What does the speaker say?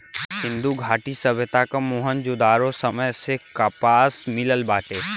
सिंधु घाटी सभ्यता क मोहन जोदड़ो समय से कपास मिलल बाटे